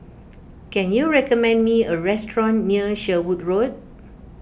can you recommend me a restaurant near Sherwood Road